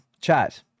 chat